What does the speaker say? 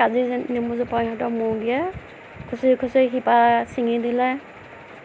কাজি নেমুজোপাও ইহঁতৰ মুৰ্গীয়ে খুঁচৰি খুঁচৰি শিপা চিঙি দিলে